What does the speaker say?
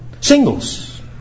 Singles